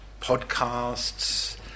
podcasts